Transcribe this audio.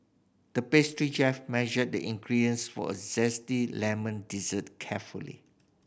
the pastry chef measured the ingredients for a zesty lemon dessert carefully